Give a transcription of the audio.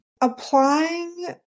applying